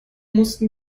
mussten